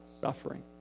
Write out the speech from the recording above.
Suffering